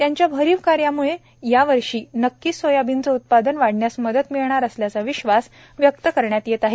त्यांच्या भरीव कार्याम्ळे यावर्षी नक्कीच सोयाबीनचे उत्पादन वाढण्यास मदत मिळणार असल्याचा विश्वास व्यक्त करण्यात येत आहे